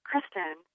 Kristen